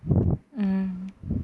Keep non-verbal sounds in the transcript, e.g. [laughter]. [breath] mm